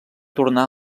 tornar